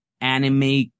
anime